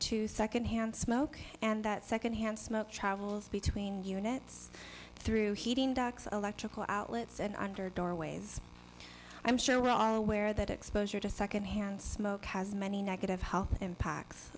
to secondhand smoke and that secondhand smoke travels between units through heating electrical outlets and under doorways i'm sure are aware that exposure to secondhand smoke has many negative health impacts